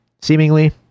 seemingly